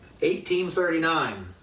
1839